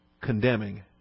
condemning